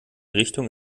richtung